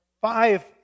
five